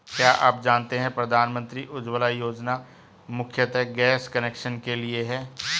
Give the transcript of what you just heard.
क्या आप जानते है प्रधानमंत्री उज्ज्वला योजना मुख्यतः गैस कनेक्शन के लिए है?